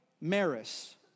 Maris